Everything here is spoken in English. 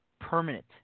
permanent